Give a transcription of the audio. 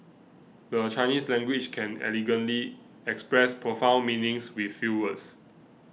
the Chinese language can elegantly express profound meanings with few words